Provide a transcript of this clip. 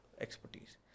expertise